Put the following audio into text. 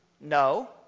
no